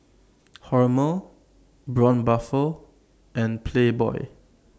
Hormel Braun Buffel and Playboy